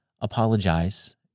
apologize